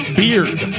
beard